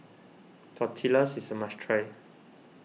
Tortillas is a must try